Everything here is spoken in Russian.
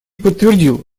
подтвердил